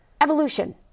evolution